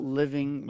living